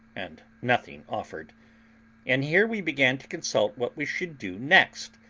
and nothing offered and here we began to consult what we should do next,